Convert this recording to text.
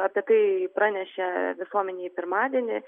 apie tai pranešė visuomenei pirmadienį